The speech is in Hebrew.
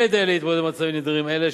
כדי להתמודד עם מצבים נדירים אלה,